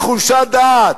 מחולשת דעת.